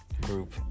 group